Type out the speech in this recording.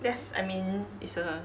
that's I mean it's a